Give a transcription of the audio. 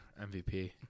MVP